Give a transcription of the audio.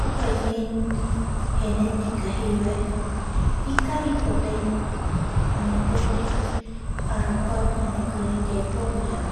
Jokuae ñee genetica jeivae ikaviko tei, añetete arakua ñanekirei yaiporu yave